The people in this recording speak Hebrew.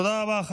תודה רבה.